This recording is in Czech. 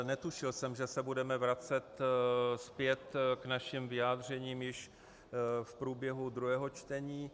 Netušil jsem, že se budeme vracet zpět k našim vyjádřením již v průběhu druhého čtení.